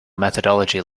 methodology